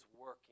working